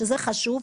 שזה חשוב.